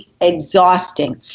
exhausting